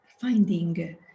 finding